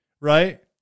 Right